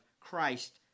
Christ